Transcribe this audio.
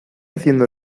haciendo